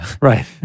Right